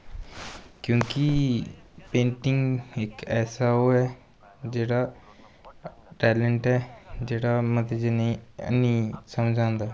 क्योंकि पेंटिंग इक ऐसा ओह् ऐ जेह्ड़ा टैंलेंट ऐ जेह्ड़ी मतें जनें गी हैनी समझ आंदा